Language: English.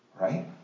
right